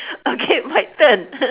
okay my turn